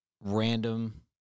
random